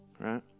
right